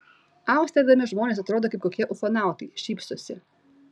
amsterdame žmonės atrodo kaip kokie ufonautai šypsosi